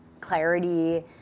clarity